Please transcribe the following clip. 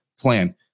plan